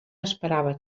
esperava